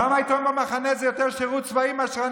למה עיתון במחנה זה יותר שירות צבאי מאשר מה